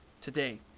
today